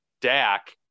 Dak